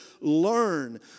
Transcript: learn